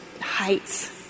heights